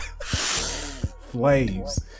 Flames